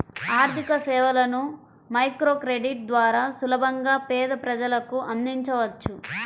ఆర్థికసేవలను మైక్రోక్రెడిట్ ద్వారా సులభంగా పేద ప్రజలకు అందించవచ్చు